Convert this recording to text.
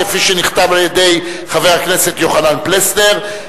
כפי שנכתב על-ידי חבר הכנסת יוחנן פלסנר,